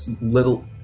little